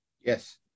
Yes